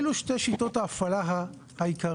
אלה שתי שיטות ההפעלה העיקריות,